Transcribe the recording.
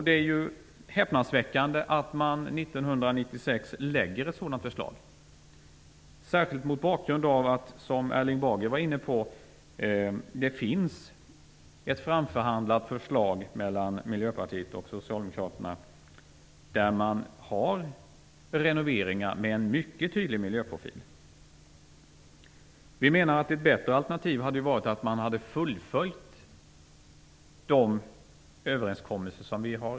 Det är häpnadsväckande att man 1996 lägger fram ett sådant förslag, särskilt mot bakgrund av, som Erling Bager var inne på, att det finns ett förslag framförhandlat mellan Miljöpartiet och Socialdemokraterna om renoveringar med en mycket tydlig miljöprofil. Vi menar att ett bättre alternativ hade varit att fullfölja den överenskommelse som vi har.